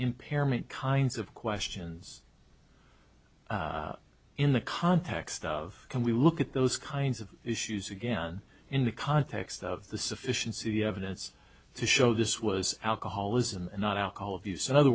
impairment kinds of questions in the context of can we look at those kinds of issues again in the context of the sufficiency evidence to show this was alcoholism not alcohol abuse in other